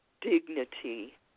dignity